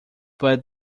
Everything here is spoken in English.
but